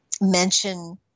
mention